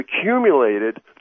accumulated